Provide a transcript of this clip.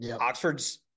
Oxford's